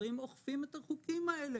והשוטרים אוכפים את החוקים האלה.